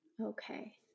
Okay